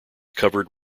covered